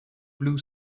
blue